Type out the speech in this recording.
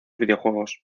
videojuegos